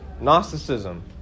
Gnosticism